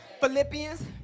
Philippians